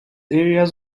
areas